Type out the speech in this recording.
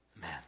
Man